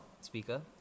speaker